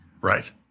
Right